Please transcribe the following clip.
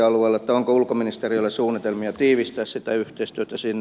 onko ulkoministeriöllä suunnitelmia tiivistää yhteistyötä sinne